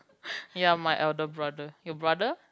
ya my elder brother your brother